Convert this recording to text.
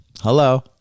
Hello